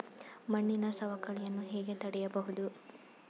ಮಣ್ಣಿನ ಸವಕಳಿಯನ್ನು ಹೇಗೆ ತಡೆಯಬಹುದು?